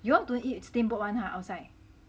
you all don't eat steamboat [one] !huh! outside